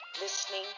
listening